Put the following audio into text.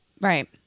Right